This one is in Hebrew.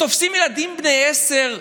תופסים ילדים בני עשר,